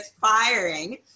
firing